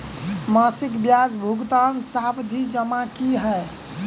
मासिक ब्याज भुगतान सावधि जमा की होइ है?